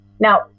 now